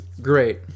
great